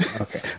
Okay